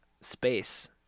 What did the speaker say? space